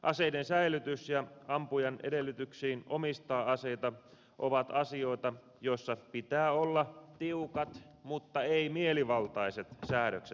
aseiden säilytys ja ampujan edellytykset omistaa aseita ovat asioita joissa pitää olla tiukat mutta ei mielivaltaiset säädökset